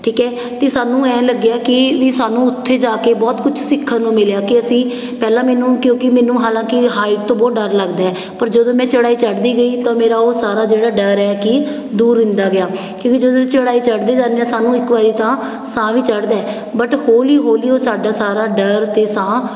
ਠੀਕ ਹੈ ਅਤੇ ਸਾਨੂੰ ਐਂ ਲੱਗਿਆ ਕਿ ਵੀ ਸਾਨੂੰ ਉੱਥੇ ਜਾ ਕੇ ਬਹੁਤ ਕੁਝ ਸਿੱਖਣ ਨੂੰ ਮਿਲਿਆ ਕਿ ਅਸੀਂ ਪਹਿਲਾਂ ਮੈਨੂੰ ਕਿਉਂਕਿ ਮੈਨੂੰ ਹਾਲਾਂਕਿ ਹਾਈਟ ਤੋਂ ਬਹੁਤ ਡਰ ਲੱਗਦਾ ਹੈ ਪਰ ਜਦੋਂ ਮੈਂ ਚੜ੍ਹਾਈ ਚੜ੍ਹਦੀ ਗਈ ਤਾਂ ਮੇਰਾ ਉਹ ਸਾਰਾ ਜਿਹੜਾ ਡਰ ਹੈ ਕਿ ਦੂਰ ਹੁੰਦਾ ਗਿਆ ਕਿਉਂਕਿ ਜਦੋਂ ਅਸੀਂ ਚੜ੍ਹਾਈ ਚੜ੍ਹਦੇ ਜਾਂਦੇ ਹਾਂ ਸਾਨੂੰ ਇੱਕ ਵਾਰੀ ਤਾਂ ਸਾਹ ਵੀ ਚੜ੍ਹਦਾ ਹੈ ਬਟ ਹੌਲੀ ਹੌਲੀ ਉਹ ਸਾਡਾ ਸਾਰਾ ਡਰ ਅਤੇ ਸਾਹ